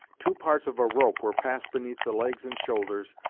two parts of a rope were passed beneath the legs and shoulders,